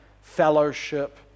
fellowship